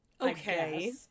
Okay